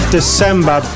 December